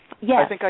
Yes